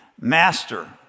Master